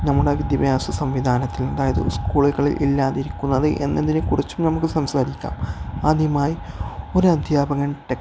നമ്മുടെ വിദ്യാഭ്യാസ സംവിധാനത്തിൽ അതായത് സ്കൂളുകളിൽ ഇല്ലാതിരിക്കുന്നത് എന്നതിനെക്കുറിച്ചും നമുക്ക് സംസാരിക്കാം ആദ്യമായി ഒരു അധ്യാപകൻ